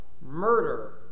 murder